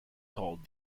called